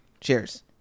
Cheers